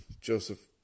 Joseph